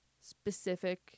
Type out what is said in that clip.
specific